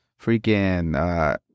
freaking